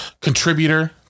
contributor